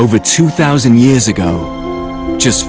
over two thousand years ago just